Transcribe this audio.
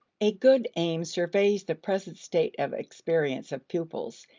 a good aim surveys the present state of experience of pupils,